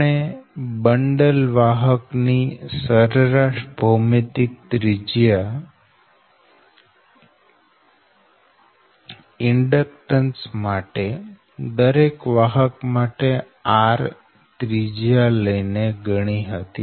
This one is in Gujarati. આપણે બંડલ વાહક ની સરેરાશ ભૌમિતિક ત્રિજ્યા ઈન્ડક્ટન્સ માટે દરેક વાહક માટે r ત્રિજ્યા લઈને ગણી હતી